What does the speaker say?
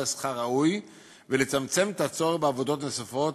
שכר ראוי ולצמצם את הצורך בעבודות נוספות